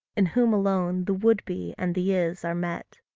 in whom alone the would be and the is are met.